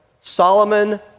Solomon